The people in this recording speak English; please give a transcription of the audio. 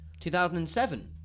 2007